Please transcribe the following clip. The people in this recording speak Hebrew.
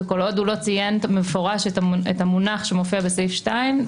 כל עוד הוא לא ציין במפורש את המונח שמופיע בסעיף 2,